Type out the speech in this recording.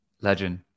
Legend